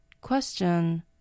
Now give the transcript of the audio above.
Question